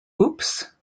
oops